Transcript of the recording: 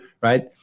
right